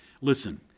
listen